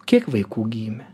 kiek vaikų gimė